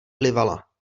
plivala